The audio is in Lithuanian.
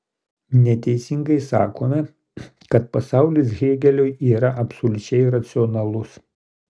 neteisingai sakome kad pasaulis hėgeliui yra absoliučiai racionalus